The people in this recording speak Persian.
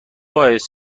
باعث